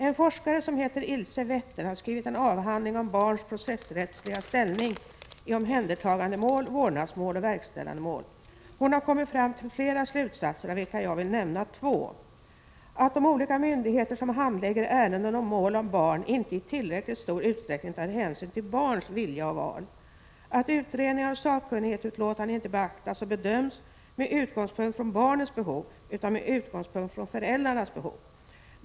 En forskare som heter Ilse Wetter har skrivit en avhandling om barns processrättsliga ställning i omhändertagandemål, vårdnadsmål och verkställandemål. Hon har kommit fram till flera slutsatser, av vilka jag vill nämna två: 1. att de olika myndigheter som handlägger ärenden och mål om barn inte i tillräckligt stor utsträckning tar hänsyn till barns vilja och val, 2. att utredningar och sakkunnigutlåtanden inte beaktas och bedöms med utgångspunkt i barnens behov, utan med utgångspunkt i föräldrarnas behov.